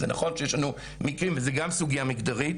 זה נכון שיש לנו מקרים, אבל זו גם סוגייה מגדרית.